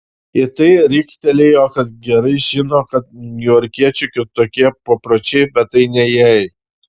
į tai riktelėjo kad gerai žino kad niujorkiečių kitokie papročiai bet tai ne jai